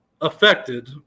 affected